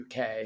uk